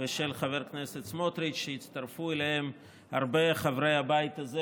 ושל חבר הכנסת סמוטריץ' שהצטרפו אליהן הרבה מחברי הבית הזה,